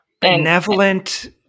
Benevolent